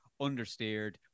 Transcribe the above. understeered